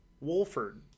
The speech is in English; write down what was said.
Wolford